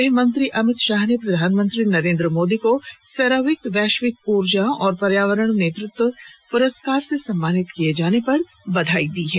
गृह मंत्री अमित शाह ने प्रधानमंत्री नरेन्द्र मोदी को सेराविक वैश्विक ऊर्जा और पर्यावरण नेतृत्व पुरस्कार से सम्मानित किए जाने पर बधाई दी है